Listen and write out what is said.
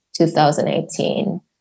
2018